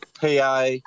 PA